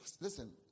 Listen